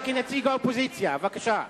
סיעת האיחוד הלאומי לסעיף 35(1) לא נתקבלה.